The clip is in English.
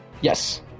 Yes